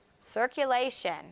circulation